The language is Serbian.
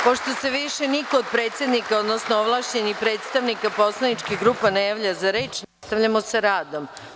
Pošto se više niko od predsednika odnosno ovlašćenih predstavnika poslaničkih grupa ne javlja za reč, nastavljamo sa radom.